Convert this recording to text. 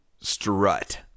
strut